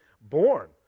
born